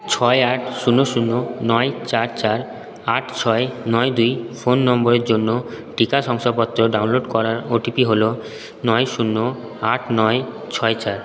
ছয় আট শূন্য শূন্য নয় চার চার আট ছয় নয় দুই ফোন নম্বরের জন্য টিকা শংসাপত্র ডাউনলোড করার ওটিপি হলো নয় শূন্য আট নয় ছয় চার